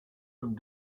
and